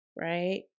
right